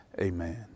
amen